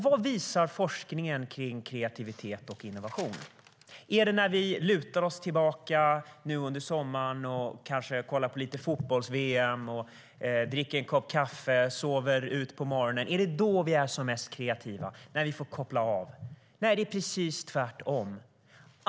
Vad säger forskningen om kreativitet och innovation? Är vi som mest kreativa när vi under sommaren lutar oss tillbaka, kollar kanske lite på fotbolls-VM, dricker en kopp kaffe, sover ut på morgonen, alltså när vi får koppla av? Nej, det är precis tvärtom.